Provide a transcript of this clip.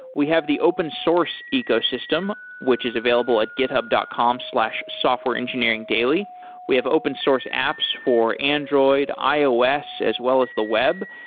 we have the open-source ecosystem, which is available at github dot com softwareengineeringdaily. we have open source apps for android, ios, as well as the web.